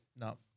No